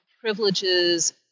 privileges